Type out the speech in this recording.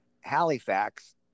Halifax